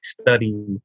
study